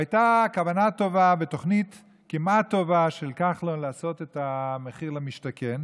והייתה כוונה טובה ותוכנית כמעט טובה של כחלון לעשות את המחיר למשתכן.